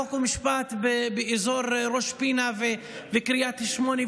חוק ומשפט באזור ראש פינה וקריית שמונה,